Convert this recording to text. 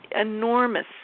enormous